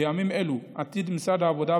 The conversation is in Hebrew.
בימים אלו עתיד משרד העבודה,